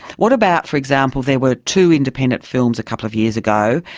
what about, for example, there were two independent films a couple of years ago,